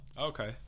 Okay